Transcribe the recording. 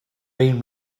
been